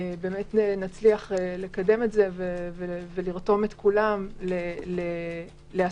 נצליח לקדם את זה ולרתום את כולם לעשייה